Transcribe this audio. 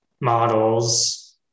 models